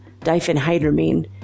diphenhydramine